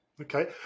Okay